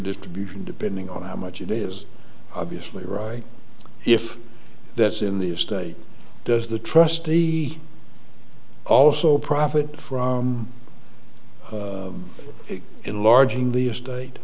distribution depending on how much it is obviously right if that's in the estate does the trustee also profit from it enlarging the